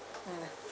mm